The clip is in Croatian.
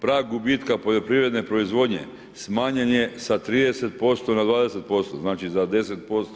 Prag gubitka poljoprivredne proizvodnje smanjen je sa 30% na 20%, znači za 10%